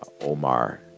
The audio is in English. omar